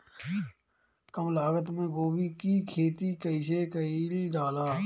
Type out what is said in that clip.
कम लागत मे गोभी की खेती कइसे कइल जाला?